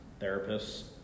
Therapists